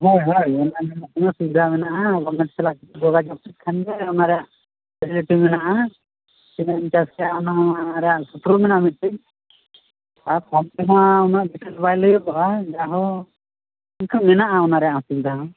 ᱦᱳᱭ ᱦᱳᱭ ᱚᱱᱟ ᱜᱮ ᱦᱟᱸᱜ ᱥᱩᱵᱤᱫᱷᱟ ᱢᱮᱱᱟᱜᱼᱟ ᱜᱚᱵᱽᱢᱮᱱᱴ ᱥᱟᱞᱟᱜ ᱡᱳᱜᱟᱡᱳᱜᱽ ᱞᱮᱠᱷᱟᱱ ᱜᱮ ᱚᱱᱟ ᱨᱮᱭᱟᱜ ᱯᱷᱮᱥᱤᱞᱤᱴᱤ ᱢᱮᱱᱟᱜᱼᱟ ᱛᱤᱱᱟᱹᱜ ᱮᱢ ᱪᱟᱥ ᱠᱮᱜᱼᱟ ᱚᱱᱟ ᱨᱮᱭᱟᱜ ᱥᱩᱛᱨᱚ ᱢᱮᱱᱟᱜᱼᱟ ᱢᱤᱫᱴᱮᱡ ᱟᱨ ᱯᱷᱳᱱ ᱛᱮᱢᱟ ᱩᱱᱟᱹᱜ ᱰᱤᱴᱮᱞᱥ ᱵᱟᱭ ᱞᱟᱹᱭᱟᱹᱜᱚᱜᱼᱟ ᱡᱟᱭᱦᱳᱠ ᱤᱱᱟᱹ ᱢᱮᱱᱟᱜᱼᱟ ᱚᱱᱟ ᱨᱮᱭᱟᱜ ᱚᱥᱩᱵᱤᱫᱷᱟ ᱦᱚᱸ